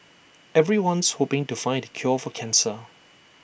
everyone's hoping to find the cure for cancer